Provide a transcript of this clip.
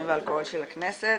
שלום לכולם, הכנסת